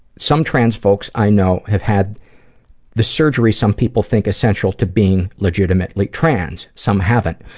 some trans folks i know have had the surgery some people think essential to being legitimately trans. some haven't.